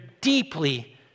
deeply